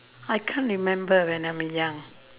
I can't remember when I'm young